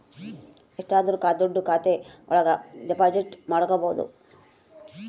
ಎಷ್ಟಾದರೂ ದುಡ್ಡು ಖಾತೆ ಒಳಗ ಡೆಪಾಸಿಟ್ ಮಾಡ್ಬೋದು